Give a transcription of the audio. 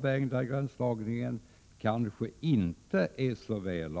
som i dag anses vara väl avvägd kanske inte är det.